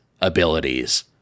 abilities